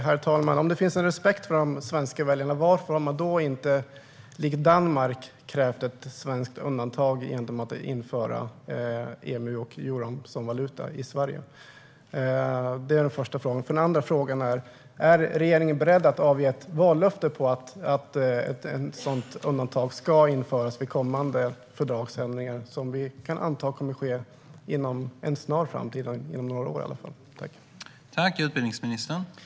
Herr talman! Om det finns en respekt för de svenska väljarna, varför har man då inte likt Danmark krävt ett svenskt undantag när det gäller att införa EMU och euron som valuta i Sverige? Det är den första frågan. Den andra frågan är: Är regeringen beredd att avge ett vallöfte om att ett sådant undantag ska införas vid kommande fördragsändringar, som vi kan anta kommer att ske inom en snar framtid eller i alla fall inom några år?